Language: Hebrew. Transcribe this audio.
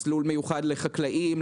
מסלול מיוחד לחקלאים,